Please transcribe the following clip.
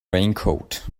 raincoat